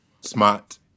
smart